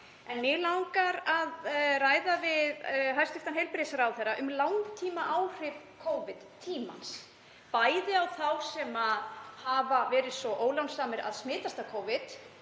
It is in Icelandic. En mig langar að ræða við hæstv. heilbrigðisráðherra um langtímaáhrif Covid-tímans, bæði á þau sem hafa verið svo ólánsöm að smitast af Covid